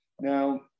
Now